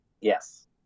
Yes